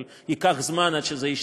אבל ייקח זמן עד שזה ישתנה.